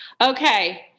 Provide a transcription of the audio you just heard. okay